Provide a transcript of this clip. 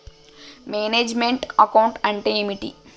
Manage meant account అంటే ఏమిటి?